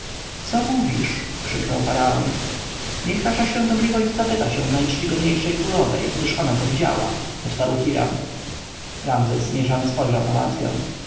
co mówisz krzyknął faraon niech wasza świątobliwość zapyta się najczcigodniejszej królowej gdyż ona go widziała odparł hiram ramzes zmieszany spojrzał na matkę